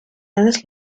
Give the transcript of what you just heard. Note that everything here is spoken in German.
eines